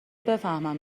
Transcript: بفهمن